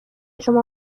شما